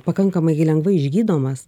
pakankamai gi lengvai išgydomas